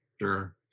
Sure